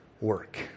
work